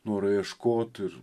norą ieškot ir